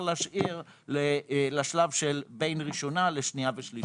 להשאיר לשלב של בין ראשונה לשנייה שלישית.